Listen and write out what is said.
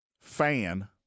fan